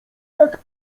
jak